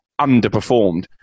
underperformed